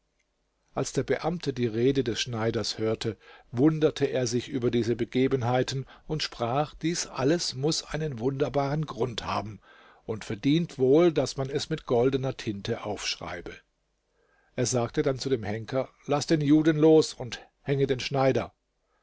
als der beamte die rede des schneiders hörte wunderte er sich über diese begebenheiten und sprach dies alles muß einen wunderbaren grund haben und verdient wohl daß man es mit goldener tinte aufschreibe er sagte dann zu dem henker laß den juden los und hänge den schneider